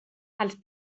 els